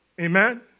Amen